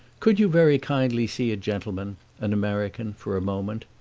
could you very kindly see a gentleman, an american, for a moment?